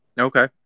Okay